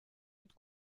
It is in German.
mit